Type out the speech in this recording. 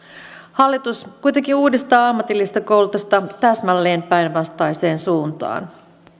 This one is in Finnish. hallitus kuitenkin uudistaa ammatillista koulutusta täsmälleen päinvastaiseen suuntaan